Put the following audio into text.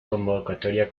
convocatoria